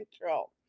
control